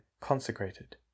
consecrated